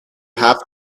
have